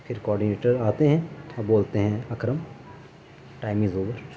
پھر کوڈینیٹر آتے ہیں اور بولتے ہیں اکرم ٹائم از اوور